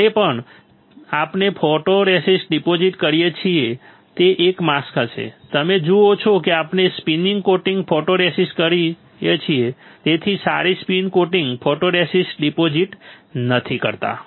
જ્યારે પણ આપણે ફોટોરેસિસ્ટ ડિપોઝિટ કરીએ છીએ જે એક માસ્ક હશે તમે જુઓ છો કે આપણે સ્પિન કોટિંગ ફોટોરેસિસ્ટ છીએ તેથી sorry spin coating photoresist deposit નથી કરતા